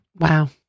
Wow